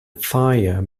fire